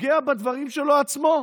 פוגע בדברים שלו עצמו.